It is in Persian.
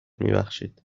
میبخشید